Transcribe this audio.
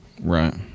right